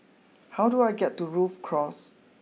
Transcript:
how do I get to Rhu Cross